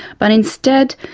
but instead,